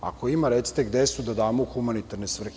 Ako ima, recite gde su, da damo u humanitarne svrhe.